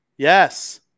Yes